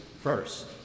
first